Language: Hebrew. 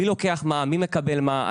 מי לוקח מה, מי מקבל מה?